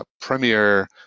premier